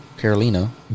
carolina